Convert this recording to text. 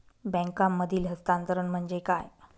बँकांमधील हस्तांतरण म्हणजे काय?